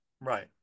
Right